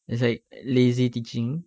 that's like lazy teaching